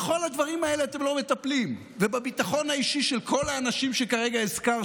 בכל הדברים האלה ובביטחון האישי של כל האנשים שכרגע הזכרתי,